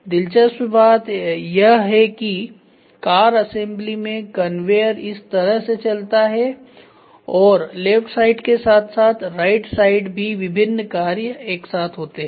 दिलचस्प बात यह है कि कार असेंबली में कन्वेयर इस तरह से चलता है और लेफ्ट साइड के साथ साथ राइट साइड भी विभिन्न कार्य एक साथ होते हैं